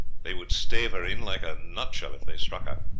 they would stave her in like a nutshell if they struck her.